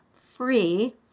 free